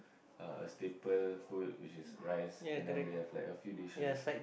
a staple food which is rice and then they have like a few dishes